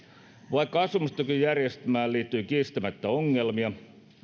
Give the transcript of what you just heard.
vaikka asumistukijärjestelmään liittyy kiistämättä ongelmia